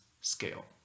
scale